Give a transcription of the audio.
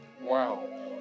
Wow